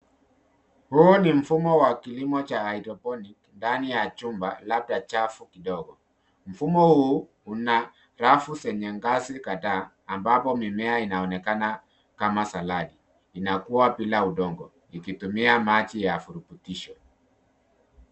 Huu ni mfumo wa kilimo cha hydroponic ndani ya chumba, labda chafu kidogo. Mfumo huu una rafu zenye ngazi kadhaa ambapo mimea inaonekana kama saladi inakua bila udongo ikitumia maji ya virutubisho.